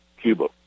Cuba